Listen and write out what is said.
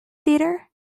theatre